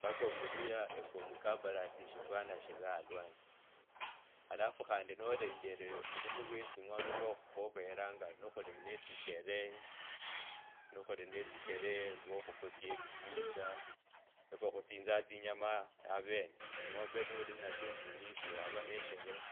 baka omuluya efwe omukabarasi fifweno shevee alwanyi alafu khandi nolengele vulimii vye tsing’ombe vyo khwokeelanga nukhuli ne tsisheree nukhuli netsishere vokhukusya etsibucha. Efwe khusinzanga tsinyamaaa avene. Ing’ombe nimuli nimatso tsinyisha mwava ne shee